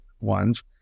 ones